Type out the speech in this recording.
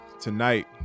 tonight